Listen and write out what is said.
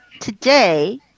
today